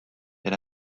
had